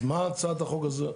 אז מה הצעת החוק הזאת?